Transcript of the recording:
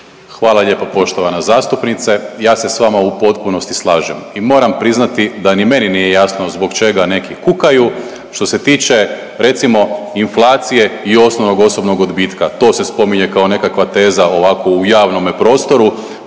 Hvala lijepa poštovana zastupnice. Ja se s vama u potpunosti slažem i moram priznati da ni meni nije jasno zbog čega neki kukaju. Što se tiče recimo inflacije i osnovnog osobnog odbitka to se spominje kao nekakva teza ovako u javnome prostoru,